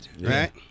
right